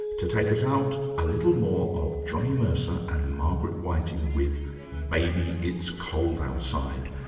to take us out, a little more of johnny mercer and margaret whiting with baby, it's cold outside,